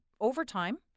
overtime